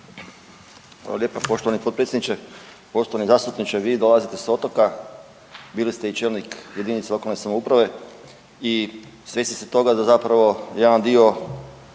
lijepa poštovani potpredsjedniče. Poštovani zastupniče vi dolazite s otoka, bili ste i čelnik lokalne samouprave i svjesni ste tog da zapravo jedan dio